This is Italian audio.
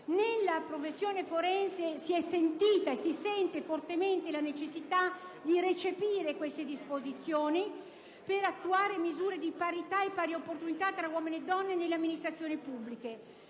Nella professione forense si è sentita e si sente fortemente la necessità di recepire queste disposizioni per attuare misure di parità e pari opportunità tra uomini e donne nelle amministrazioni pubbliche,